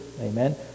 amen